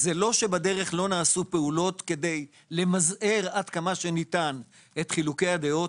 זה לא שבדרך לא נעשו פעולות כדי למזער עד כמה שניתן את חילוקי הדעות